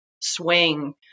swing